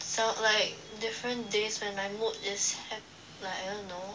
salt like different days when my mood is happy like I don't know